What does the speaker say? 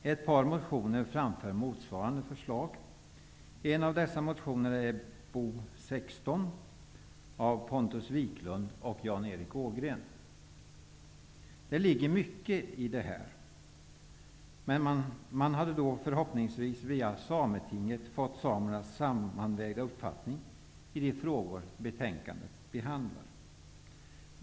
I ett par motioner framförs motsvarande förslag. Det ligger mycket i detta. Man hade förhoppningsvis via Sametinget fått samernas sammanvägda uppfattning i de frågor som behandlas i betänkandet.